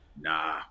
Nah